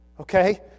okay